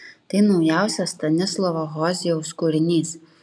tai naujausias stanislavo hozijaus kūrinys